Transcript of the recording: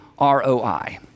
ROI